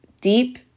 deep